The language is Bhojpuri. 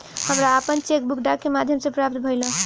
हमरा आपन चेक बुक डाक के माध्यम से प्राप्त भइल ह